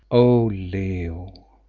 oh! leo,